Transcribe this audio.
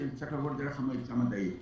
שזה צריך לעבור דרך המועצה המדעית.